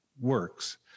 works